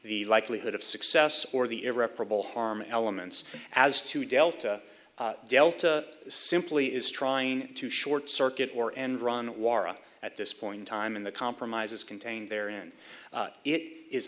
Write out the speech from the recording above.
the likelihood of success or the irreparable harm elements as to delta delta simply is trying to short circuit or end run warra at this point in time in the compromises contained therein it is